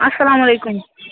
اَسلامُ علیکُم